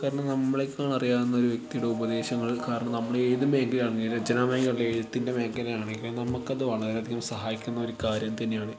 കാരണം നമ്മളെക്കാൾ അറിയാവുന്ന ഒരു വ്യക്തിയുടെ ഉപദേശങ്ങൾ കാരണം നമ്മൾ ഏതു മേഖലയിൽ ആണെങ്കിലും രചന മേഖലയാണെങ്കിലും എഴുത്തിൻ്റെ മേഖലയാണെങ്കിൽ നമുക്കത് വളരെയധികം സഹായിക്കുന്ന ഒരു കാര്യം തന്നെയാണ്